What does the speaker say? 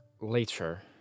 Later